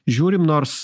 žiūrim nors